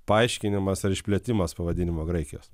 paaiškinimas ar išplėtimas pavadinimo graikijos